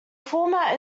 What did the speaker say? format